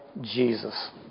Jesus